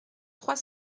trois